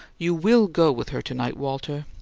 you will go with her to-night, walter?